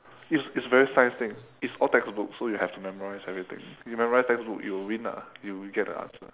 it's it's very science thing it's all textbook so you have to memorise everything you memorise textbook you will win ah you will get the answer